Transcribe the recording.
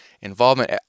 involvement